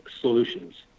solutions